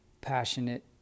passionate